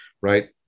right